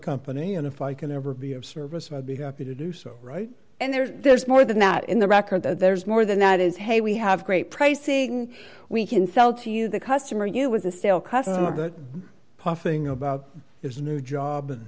company and if i can ever be of service i'd be happy to do so right and there's more than that in the record that there's more than that is hey we have great pricing we can sell to you the customer you was a sale customer the puffing about his new job and